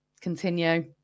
continue